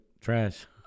trash